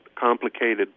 complicated